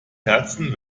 herzen